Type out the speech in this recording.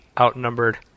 outnumbered